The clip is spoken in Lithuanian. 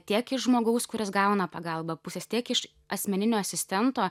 tiek iš žmogaus kuris gauna pagalbą pusės tiek iš asmeninio asistento